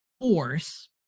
force